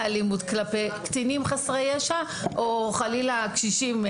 אלימות כלפי קטינים חסרי ישע או חלילה קשישים חסרי ישע.